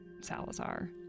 Salazar